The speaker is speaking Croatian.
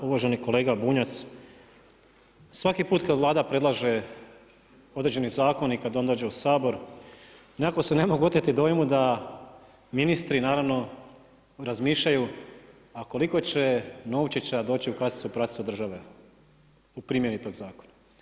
Uvaženi kolega Bunjac svaki put kad Vlada predlaže određeni zakon i kada on dođe u Sabor nekako se ne mogu oteti dojmu da ministri naravno razmišljaju a koliko će novčića doći u „kasicu prasicu“ države u primijeniti toga zakona.